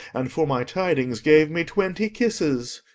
and for my tidings gave me twenty kisses.